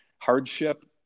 Hardship